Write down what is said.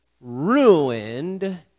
ruined